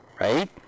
right